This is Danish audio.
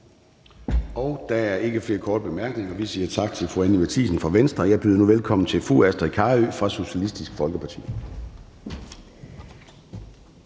Der er ikke flere korte bemærkninger. Vi siger tak til fru Anni Matthiesen fra Venstre. Jeg byder nu velkommen til fru Astrid Carøe fra Socialistisk Folkeparti.